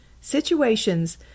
Situations